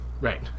Right